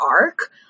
arc